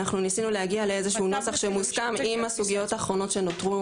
ניסינו להגיע לנוסח מוסכם עם הסוגיות האחרונות שנותרו